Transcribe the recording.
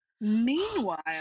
meanwhile